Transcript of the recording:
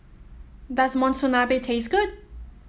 does Monsunabe taste good